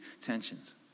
tensions